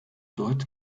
dort